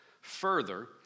further